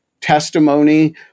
testimony